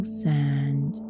sand